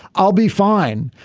i'll be fine.